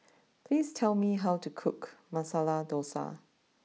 please tell me how to cook Masala Dosa